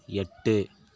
எட்டு